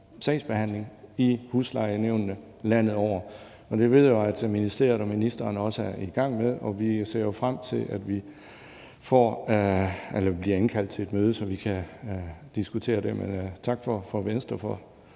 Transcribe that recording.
sagsbehandling i huslejenævnene landet over, og det ved jeg at ministeriet og ministeren også er i gang med at se på, og vi ser frem til, at vi bliver indkaldt til et møde, så vi kan diskutere det. Så tak til Venstre for